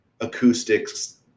acoustics